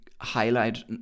highlight